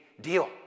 deal